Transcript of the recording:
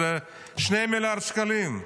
זה שני מיליארד שקלים,